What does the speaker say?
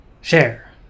Share